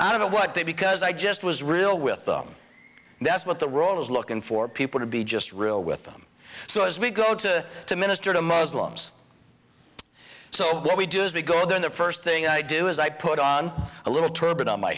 i don't know what they are because i just was real with them that's what the role is looking for people to be just real with them so as we go to to minister to muslims so what we do is we go the first thing i do is i put on a little turban on my